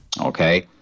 Okay